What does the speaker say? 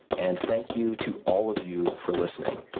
and, thank you to all of you for listening.